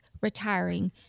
retiring